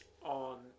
on